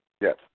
Yes